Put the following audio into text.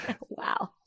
Wow